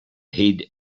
heed